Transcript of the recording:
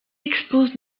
expose